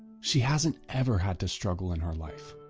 she hasn't ever had to struggle in her life.